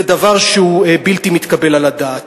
וזה בלתי מתקבל על הדעת.